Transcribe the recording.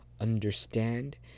Understand